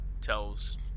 tells